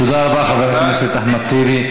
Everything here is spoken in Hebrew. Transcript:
תודה רבה, חבר הכנסת טיבי.